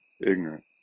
ignorant